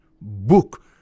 book